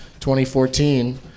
2014